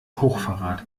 hochverrat